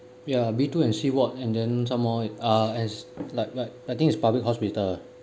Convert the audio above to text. ya B two and C ward and then some more uh as like but the thing is public hospital